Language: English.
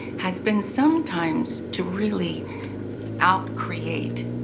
has been sometimes to really out-create.